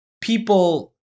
people